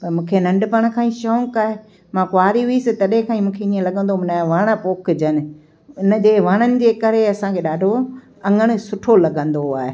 पर मूंखे नंढपण खां ई शौक़ु आहे मां कुंवारी हुईसि तॾहिं खां ई मूंखे ईअं लॻंदो हो न वण पोखजनि इन जे वणनि जे करे असांखे ॾाढो अङणु सुठो लॻंदो आहे